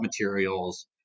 materials